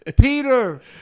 Peter